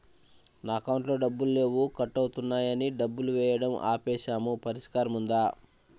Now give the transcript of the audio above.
నా అకౌంట్లో డబ్బులు లేవు కట్ అవుతున్నాయని డబ్బులు వేయటం ఆపేసాము పరిష్కారం ఉందా?